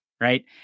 Right